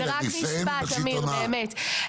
זה רק משפט אמיר, באמת.